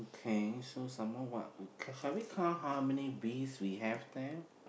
kay so some more what can we count how many bees we have there